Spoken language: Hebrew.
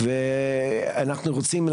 ואנחנו רוצים,